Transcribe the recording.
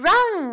：“Run